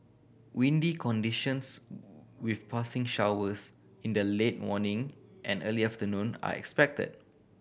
windy conditions with passing showers in the late morning and early afternoon are expected